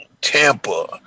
Tampa